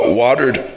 watered